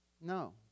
No